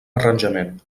arranjament